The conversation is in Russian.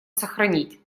сохранить